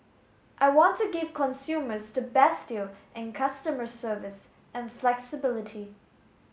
I want to give consumers the best deal and customer service and flexibility